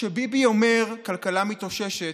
כשביבי אומר "כלכלה מתאוששת",